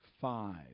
five